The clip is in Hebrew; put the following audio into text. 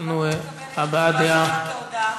הבעת דעה.